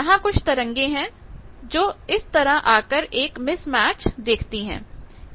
यहां कुछ तरंगे हैं जो इस तरह आकर एक मिसमैच देखती हैं